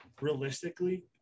realistically